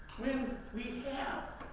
we have